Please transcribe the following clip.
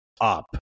up